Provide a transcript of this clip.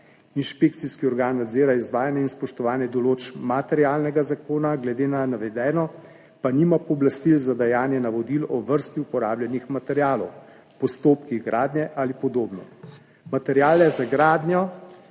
Inšpekcijski organ nadzira izvajanje in spoštovanje določb materialnega zakona, glede na navedeno pa nima pooblastil za dajanje navodil o vrsti uporabljenih materialov v postopkih gradnje ali podobno. Materiale za gradnjo,